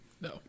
No